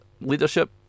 leadership